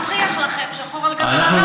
ואז נוכיח לכם שחור על גבי לבן שאתם טועים.